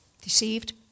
Deceived